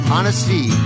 Honesty